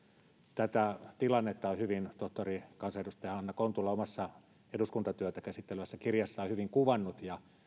tätä tilannetta on tohtori kansanedustaja anna kontula omassa eduskuntatyötä käsittelevässä kirjassaan hyvin kuvannut